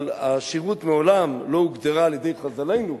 אבל העושר מעולם לא הוגדר על-ידי חז"לינו,